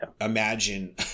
imagine